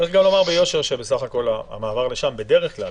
צריך לומר ביושר שבסך הכול המעבר לשם בדרך כלל